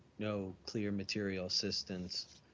no clear material assistance,